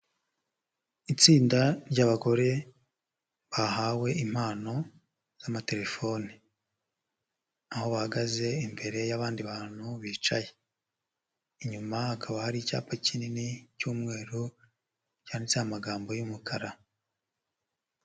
Itsinda ry'abagore bahawe impano z'amatelefone aho bahagaze imbere y'abandi bantu bicaye, inyuma hakaba hari icyapa kinini cy'umweru cyanditseho amagambo y'umukara.